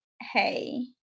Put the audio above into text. hey